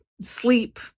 sleep